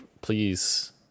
please